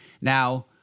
now